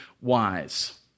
wise